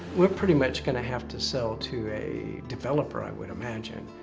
we're pretty much gonna have to sell to a developer i would imagine.